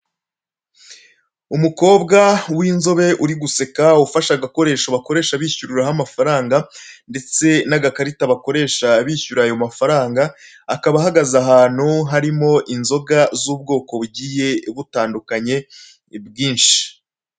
Umukobwa w'inzobe uri guseka ufashe agakoresho bakoresha bishyuriraho amafaranga, ndetse n'agakarita bakoresha bishyura ayo mafaranga, akaba ahagaze ahantu harimo inzoga z'ubwoko bugiye butandukanye bwinshi.